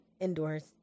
indoors